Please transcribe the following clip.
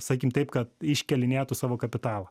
sakykim taip kad iškėlinėtų savo kapitalą